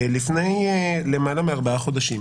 לפני למעלה מארבעה חודשים